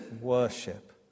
worship